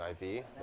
IV